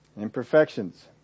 Imperfections